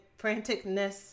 franticness